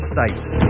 States